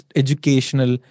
educational